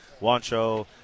wancho